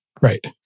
Right